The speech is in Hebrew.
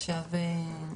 עכשיו,